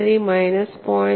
13 minus 0